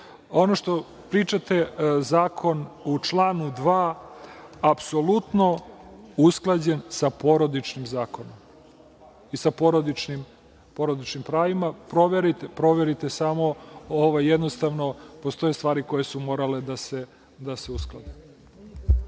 što pričate o zakonu u članu 2, apsolutno je usklađen sa Porodičnim zakonom i sa porodičnim pravima. Proverite, postoje stvari koje su morale da se usklade.